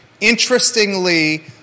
Interestingly